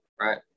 right